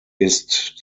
ist